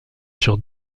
sur